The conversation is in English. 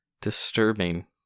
disturbing